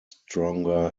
stronger